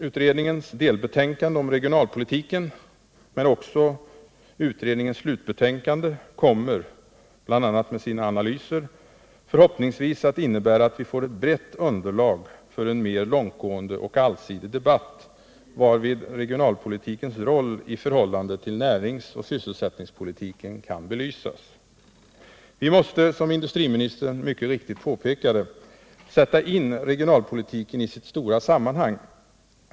Utredningens delbetänkande om regionalpolitiken men också dess slutbetänkande kommer — bl.a. genom utredningens analyser — förhoppningsvis att innebära att vi får ett brett underlag för en mer långtgående och allsidig debatt, varvid regionalpolitikens roll i förhållande till näringsoch sysselsättningspolitiken kan belysas. Som industriministern mycket riktigt påpekade måste vi sätta in regionalpolitiken i sitt stora sammanhang.